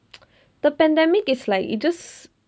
the pandemic is like it just